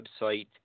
website